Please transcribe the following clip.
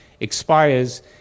expires